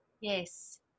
Yes